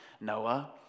Noah